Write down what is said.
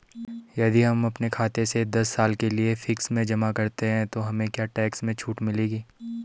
यदि हम अपने खाते से दस साल के लिए फिक्स में जमा करते हैं तो हमें क्या टैक्स में छूट मिलेगी?